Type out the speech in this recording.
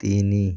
ତିନି